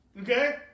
Okay